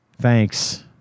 Thanks